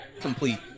complete